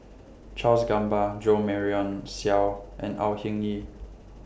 Charles Gamba Jo Marion Seow and Au Hing Yee